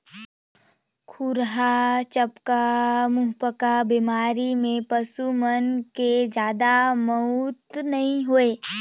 खुरहा चपका, मुहंपका बेमारी में पसू मन के जादा मउत नइ होय